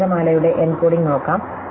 അക്ഷരമാലയുടെ encoding നോക്കാം